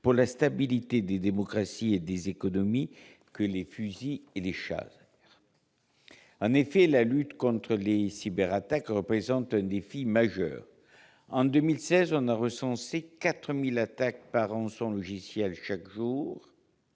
pour la stabilité des démocraties et des économies que les fusils et les chars ». En effet, la lutte contre les cyberattaques représente un défi majeur. En 2016, on a recensé 4 000 attaques par rançongiciel chaque jour